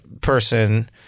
person